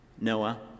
Noah